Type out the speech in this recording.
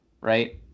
right